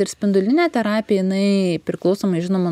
ir spindulinė terapija jinai priklausomai žinoma